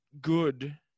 good